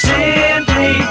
Simply